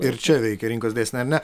ir čia veikia rinkos dėsniai ar ne